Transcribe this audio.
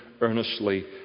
earnestly